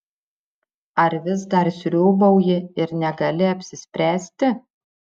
ar vis dar sriūbauji ir negali apsispręsti